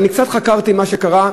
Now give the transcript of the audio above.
אני קצת חקרתי מה שקרה,